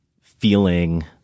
feeling